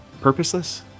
Purposeless